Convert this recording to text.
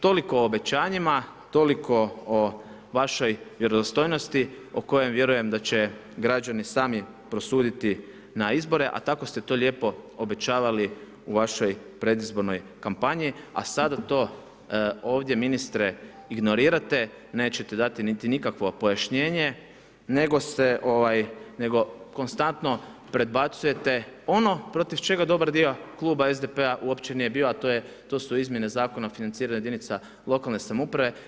Toliko o obećanjima, toliko o vašoj vjerodostojnosti o kojoj vjerujem da će građani sami prosuditi na izborima, a tako ste to lijepo obećavali u vašoj predizbornoj kampanji, a sada to ovdje ministre ignorirate, nećete dati niti nikakvo pojašnjenje, nego konstantno predbacujete ono protiv čega dobar dio Kluba SDP-a uopće nije bio, a to su izmjene Zakona o financiranju jedinice lokalne samouprave.